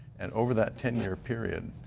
and over that ten year period,